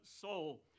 soul